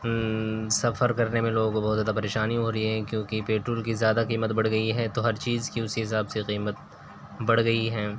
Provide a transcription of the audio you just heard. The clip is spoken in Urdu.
سفر کرنے میں لوگوں کو بہت زیادہ پریشانی ہو رہی ہے کیونکہ پیٹرول کی زیادہ قیمت بڑھ گئی ہے تو ہر چیز کی اسی حساب سے قیمت بڑھ گئی ہیں